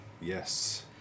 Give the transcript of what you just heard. Yes